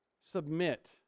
Submit